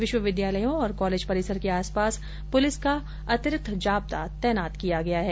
विष्वविद्यालयों और कॉलेज परिसर के आस पास पुलिस का अतिरिक्त जाब्ता तैनात किया गया है